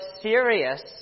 serious